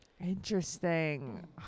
Interesting